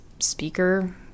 speaker